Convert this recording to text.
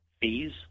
fees